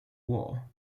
war